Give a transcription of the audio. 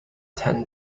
ten